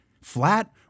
Flat